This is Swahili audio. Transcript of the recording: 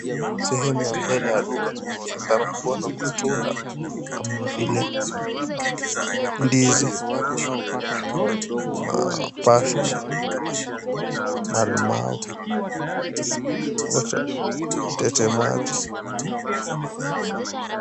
Sehemu ya mbele ya duka kunaonekana kuwa na matunda kama vile ndizi na passion , malimau, tetemaji.